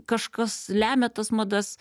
kažkas lemia tas madas